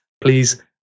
Please